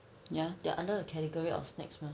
ya they are under the category of snacks mah